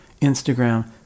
Instagram